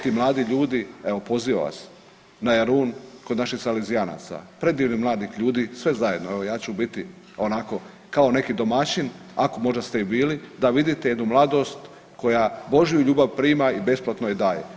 Ti mladi ljudi, evo, pozivam vas na Jarun kod naših salezijanaca, predivnih mladih ljudi, sve zajedno, evo ja ću biti, onako, kao neki domaćin, ako možda ste i bili da vidite jednu mladost koja Božju ljubav prima i besplatno ju daje.